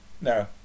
No